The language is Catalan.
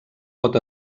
pot